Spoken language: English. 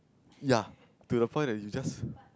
ya to the point that you just